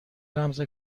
رمز